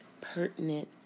pertinent